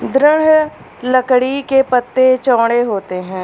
दृढ़ लकड़ी के पत्ते चौड़े होते हैं